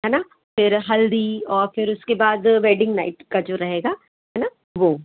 है न फिर हल्दी और फिर उसके बाद वेडिंग नाइट का जो रहेगा है न वह